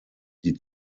die